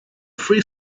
free